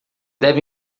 deve